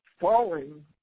falling